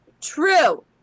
True